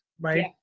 right